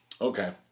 Okay